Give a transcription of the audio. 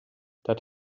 that